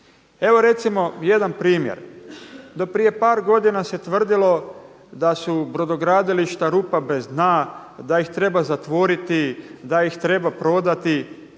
Evo recimo jedan primjer do prije par godina se tvrdilo da su brodogradilišta rupa bez dna, da ih treba zatvoriti, da ih treba prodati.